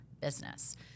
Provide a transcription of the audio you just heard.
business